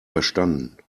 verstanden